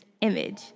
image